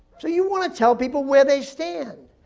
so you want to tell people where they stand.